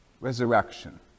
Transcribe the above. resurrection